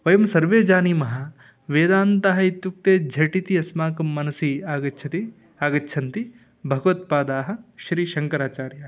वयं सर्वे जानीमः वेदान्तः इत्युक्ते झटिति अस्माकं मनसि आगच्छति आगच्छन्ति भगवत्पादाः श्रीशङ्कराचार्याः